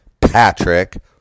Patrick